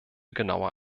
genauer